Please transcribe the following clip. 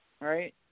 right